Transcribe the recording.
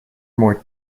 more